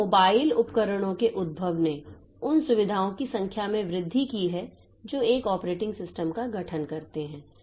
तो मोबाइल उपकरणों के उद्भव ने उन सुविधाओं की संख्या में वृद्धि की है जो एक ऑपरेटिंग सिस्टम का गठन करते हैं